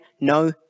No